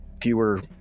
fewer